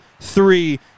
three